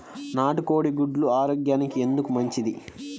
నాటు కోడి గుడ్లు ఆరోగ్యానికి ఎందుకు మంచిది?